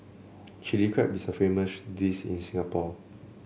Chilli Crab is a famous dish in Singapore